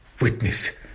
witness